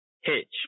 Hitch